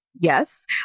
yes